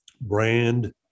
brand